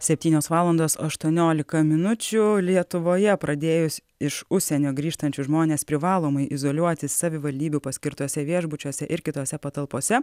septynios valandos aštuoniolika minučių lietuvoje pradėjus iš užsienio grįžtančius žmones privalomai izoliuoti savivaldybių paskirtose viešbučiuose ir kitose patalpose